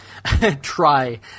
try